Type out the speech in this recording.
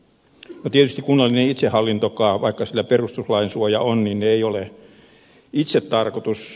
no tietysti kunnallinen itsehallintokaan vaikka sillä perustuslain suoja on ei ole itsetarkoitus